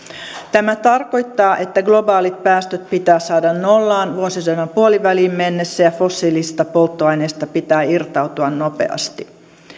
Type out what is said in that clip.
tämä tarkoittaa että globaalit päästöt pitää saada nollaan vuosisadan puoliväliin mennessä ja fossiilisista polttoaineista pitää irtautua nopeasti